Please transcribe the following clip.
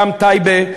גם טייבה,